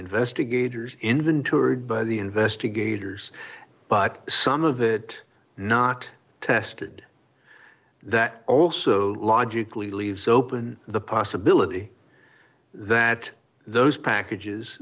investigators inventoried by the investigators but some of it not tested that also logically leaves open the possibility that those packages